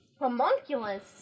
Homunculus